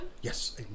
Yes